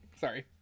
Sorry